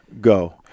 go